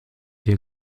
hier